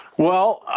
well,